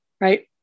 right